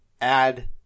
add